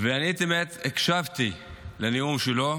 אני הקשבתי לנאום שלו,